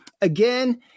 again